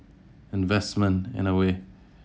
investment in a way